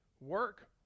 work